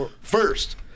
first